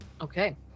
Okay